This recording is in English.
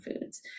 foods